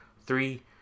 three